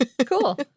Cool